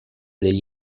degli